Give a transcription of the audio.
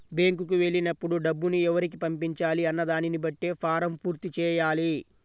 బ్యేంకుకి వెళ్ళినప్పుడు డబ్బుని ఎవరికి పంపించాలి అన్న దానిని బట్టే ఫారమ్ పూర్తి చెయ్యాలి